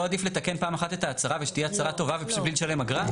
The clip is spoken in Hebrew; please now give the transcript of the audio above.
לא עדיף לתקן פעם אחת את ההצהרה ושתהיה הצהרה טובה בלי לשלם אגרה?